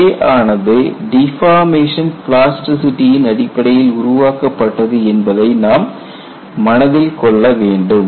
J ஆனது deformation பிளாஸ்டிசிட்டியின் அடிப்படையில் உருவாக்கப்பட்டது என்பதை நாம் மனதில் கொள்ள வேண்டும்